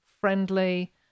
friendly